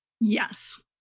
Yes